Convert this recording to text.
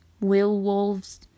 will-wolves